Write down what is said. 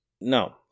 no